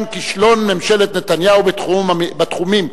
כישלון ממשלת נתניהו בתחומים המדיני,